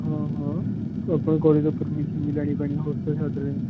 ਹਾਂ ਹਾਂ ਆਪਾਂ ਨੂੰ ਕੋਲਜ ਤੋਂ ਪਰਮੀਸ਼ਨ ਵੀ ਲੈਣੀ ਪੈਣੀ ਆ ਹੋਸਟਲ ਛੱਡ ਰਹੇ ਹਾਂ